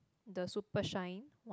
the super shine